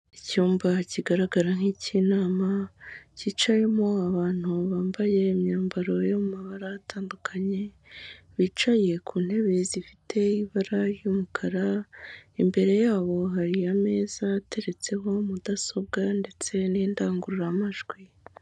Icyumba kigaragara nk'ikinama cyicayemo abantu bambaye imyambaro y'amabara atandukanye bicaye ku ntebe zifite ibara ry'umukara imbere yabo hariyo ameza ateretseho mudasobwa ndetse n'indangururamajwi.